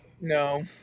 No